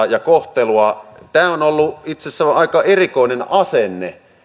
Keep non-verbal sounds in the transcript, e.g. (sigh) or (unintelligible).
(unintelligible) ja kohtelua tämä on ollut itse asiassa aika erikoinen asenne